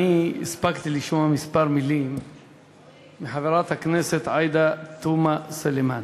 הספקתי לשמוע כמה מילים מחברת הכנסת עאידה תומא סלימאן,